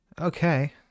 okay